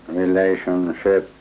relationship